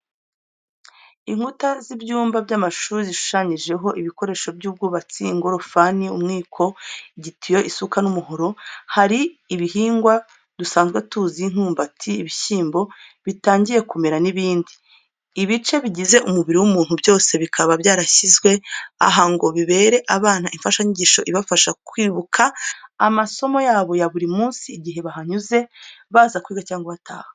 Inkuta z'ibyumba by'amashuri zishushanyijeho ibikoresho by'ubwubatsi nk'ingorofani n'umwiko, igitiyo, isuka n'umuhoro, hari kandi ibihingwa dusanzwe tuzi nk'imyumbati, ibishyimbo bitangiye kumera n'ibindi. Ibice bigize umubiri w'umuntu byose bikaba byarashyizwe aha ngo bibere abana imfashanyigisho ibafasha kwibuka amasomo yabo ya buri munsi igihe bahanyuze baza kwiga cyangwa bataha.